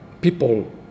people